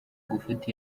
gufata